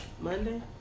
Monday